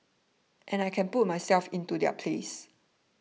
and I can put myself into their place